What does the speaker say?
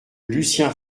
lucien